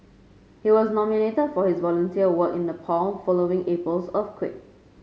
he was nominated for his volunteer work in Nepal following April's earthquake